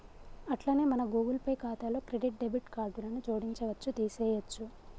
అట్లనే మన Google Pay ఖాతాలో క్రెడిట్ డెబిట్ కార్డులను జోడించవచ్చు తీసేయొచ్చు